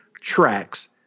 tracks